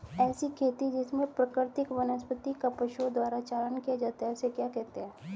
ऐसी खेती जिसमें प्राकृतिक वनस्पति का पशुओं द्वारा चारण किया जाता है उसे क्या कहते हैं?